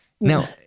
Now